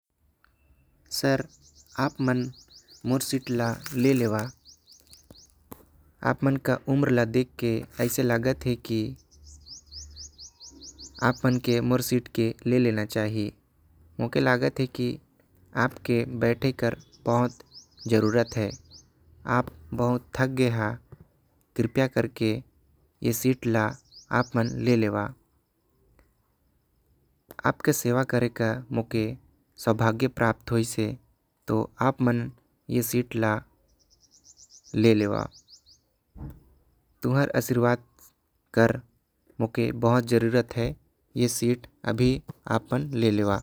सर आप मन मोर सीट ला ले लेवा आप मन के उम्र के देख के लागत। हवे की आप मन ला सीट के बहुत जुर्रत हवे आप मन बहुत थक गए। हवा आपके सेवा करे के मोके सौभाग्य प्राप्त होइस है। मोके तुमर आशीर्वाद के बहुत जरूरत हवे तुमन ऐ सीट ला लेवा।